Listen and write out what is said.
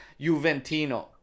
Juventino